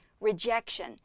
rejection